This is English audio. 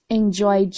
enjoy